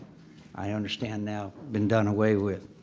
i understand now, been done away with.